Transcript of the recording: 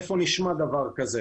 איפה נשמע דבר כזה?